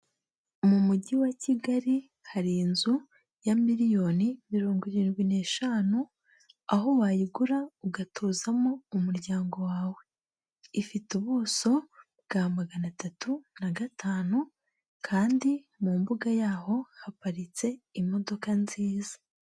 Mu Mujyi wa Kigali hari inzu ya miliyoni mirongo irindwi n'eshanu, aho wayigura ugatuzamo umuryango wawe. Ifite ubuso bwa magana atatu na gatanu kandi mu mbuga yaho haparitse imodoka nziza.